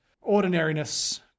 ordinariness